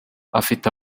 afite